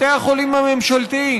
בתי החולים הממשלתיים.